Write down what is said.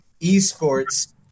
esports